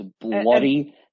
bloody